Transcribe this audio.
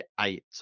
eight